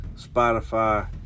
Spotify